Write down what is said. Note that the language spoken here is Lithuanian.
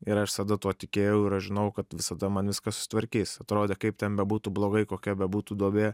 ir aš visada tuo tikėjau ir aš žinojau kad visada man viskas sutvarkys atrodė kaip ten bebūtų blogai kokia bebūtų duobė